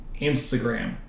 instagram